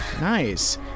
Nice